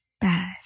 Bad